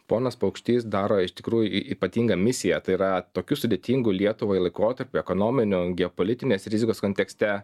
ponas paukštys daro iš tikrųjų y ypatingą misiją tai yra tokiu sudėtingu lietuvai laikotarpiu ekonominiu geopolitinės rizikos kontekste